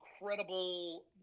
incredible